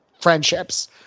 friendships